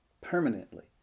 permanently